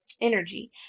energy